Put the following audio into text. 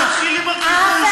ולא לחשוב לקחת,